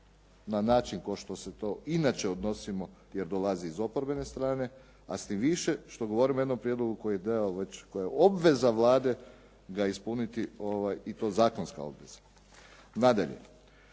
na način kao što se to inače odnosimo jer dolazi iz oporbene strane, a s tim više što govorimo o jednom prijedlogu koji je obveza Vlade ga ispuniti i to zakonska obveza. Nadalje,